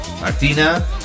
Martina